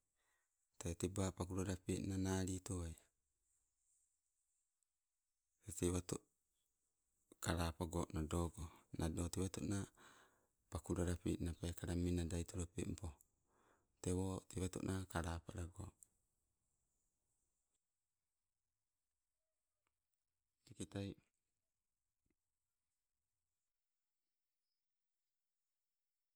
Tee teba pakulalapenna nalitowai. Te tewato kalapago nadoggo. nado tewatona pakulalapenna menadaitolopempo tewo tewatona kalepalogo, teketai.